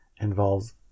involves